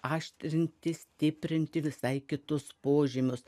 aštrinti stiprinti visai kitus požymius